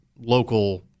local